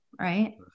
right